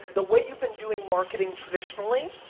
the way you've been doing marketing traditionally,